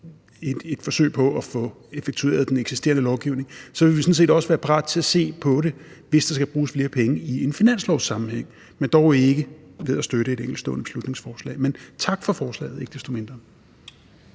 et forsøg på at få effektueret den eksisterende lovgivning, vil vi sådan set også være parate til at se på det, hvis der skal bruges flere penge, i en finanslovssammenhæng, men dog ikke ved at støtte et enkeltstående beslutningsforslag. Men ikke desto mindre